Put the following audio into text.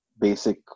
basic